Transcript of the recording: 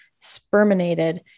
sperminated